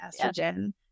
estrogen